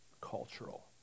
cultural